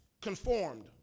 Conformed